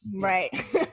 Right